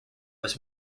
was